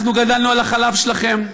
אנחנו גדלנו על החלב שלכם,